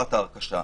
ההרכשה.